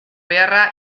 beharra